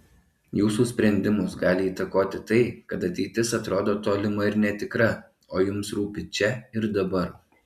jūsų sprendimus gali įtakoti tai kad ateitis atrodo tolima ir netikra o jums rūpi čia ir dabar